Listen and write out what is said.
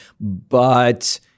But-